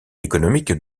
économique